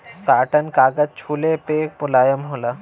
satin कागज छुले पे मुलायम होला